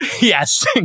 Yes